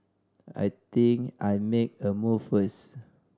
I think I make a move first